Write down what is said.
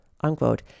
unquote